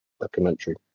documentary